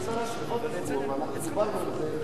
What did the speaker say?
ואנחנו דיברנו על זה ועל רשות השידור.